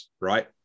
right